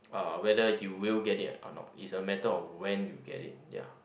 uh whether you will get it or not is a matter of when you get it ya